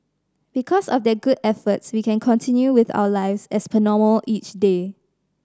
because of their good efforts we can continue with our lives as per normal each day